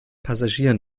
passagieren